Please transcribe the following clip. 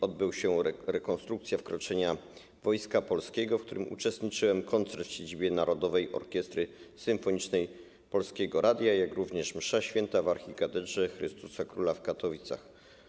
Odbyła się rekonstrukcja wkroczenia Wojska Polskiego, w której uczestniczyłem, odbył się koncert w siedzibie Narodowej Orkiestry Symfonicznej Polskiego Radia, jak również msza św. w archikatedrze Chrystusa Króla w Katowicach.